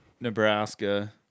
Nebraska